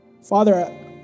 Father